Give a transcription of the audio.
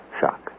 shock